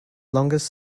longest